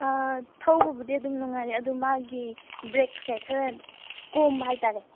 ꯑꯥ ꯊꯧꯕꯕꯨꯗꯤ ꯑꯗꯨꯝ ꯅꯨꯡꯉꯥꯏꯔꯤ ꯑꯗꯨ ꯃꯥꯒꯤ ꯕ꯭ꯔꯦꯛꯁꯦ ꯈꯔ ꯀꯣꯝꯕ ꯍꯥꯏꯇꯔꯦ